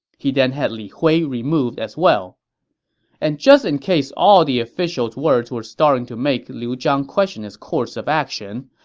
he then had li hui removed as well and just in case all the officials' words were starting to make liu zhang question his course of action,